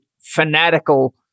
fanatical